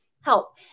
Help